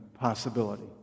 possibility